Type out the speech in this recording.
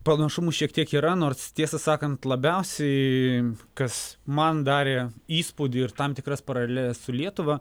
panašumų šiek tiek yra nors tiesą sakant labiausiai kas man darė įspūdį ir tam tikras paraleles su lietuva